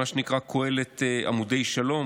מה שנקרא קהילת "עמודי השלום",